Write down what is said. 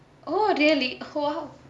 oh really !whoa!